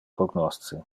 cognosce